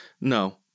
No